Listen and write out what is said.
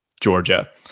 Georgia